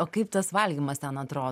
o kaip tas valgymas ten atrodo